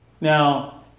now